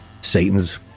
Satan's